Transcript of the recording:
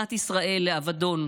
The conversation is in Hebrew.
מדינת ישראל, לאבדון,